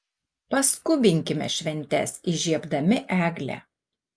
paskubinkime šventes įžiebdami eglę